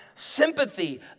sympathy